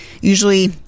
usually